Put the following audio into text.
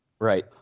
Right